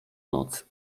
noc